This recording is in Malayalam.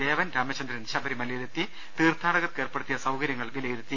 ദേവൻ രാമചന്ദ്രൻ ശബരിമലയിലെത്തി തീർത്ഥാടകർക്ക് ഏർപ്പെടുത്തിയ സൌകര്യങ്ങൾ വിലയിരുത്തി